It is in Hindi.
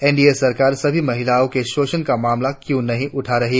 एनडीए सरकार सभी महिलाओं के शोषण का मामला क्यों नहीं उठा रही